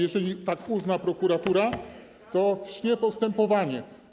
Jeżeli tak uzna prokuratura, to wszcznie postępowanie.